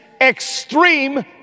extreme